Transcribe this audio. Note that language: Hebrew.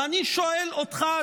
ואני שואל אותך,